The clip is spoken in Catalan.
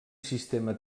sistema